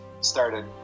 started